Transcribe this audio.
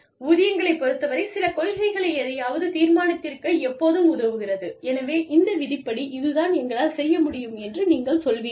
ஊதியங்களைப் பொருத்தவரை சில கொள்கைகளை எதையாவது தீர்மானித்திருக்க எப்போதும் உதவுகிறது எனவே இந்த விதிப்படி இதுதான் எங்களால் செய்ய முடியும் என்று நீங்கள் சொல்வீர்கள்